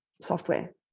software